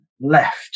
left